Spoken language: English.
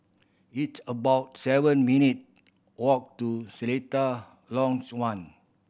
it's about seven minute walk to Seletar Longs One